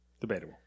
Debatable